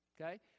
okay